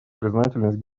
признательность